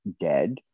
dead